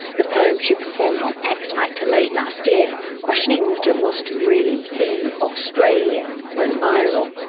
the poem she performed on x factor late last year questioning what it was to really be australian went viral.